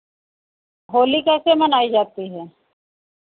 होली कैसे मनाई जाती है